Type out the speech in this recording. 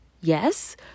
Yes